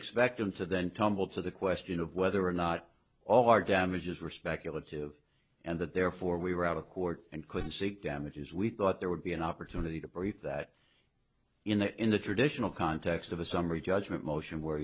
expect him to then tumble to the question of whether or not all our damages were speculative and that therefore we were out of court and couldn't seek damages we thought there would be an opportunity to brief that in the in the traditional context of a summary judgment motion where